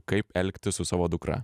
kaip elgtis su savo dukra